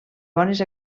bones